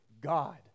God